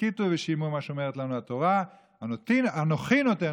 הסכיתו ושמעו מה שאומרת לנו התורה: אנוכי נותן,